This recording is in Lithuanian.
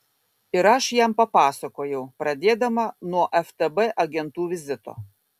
ir aš jam papasakojau pradėdama nuo ftb agentų vizito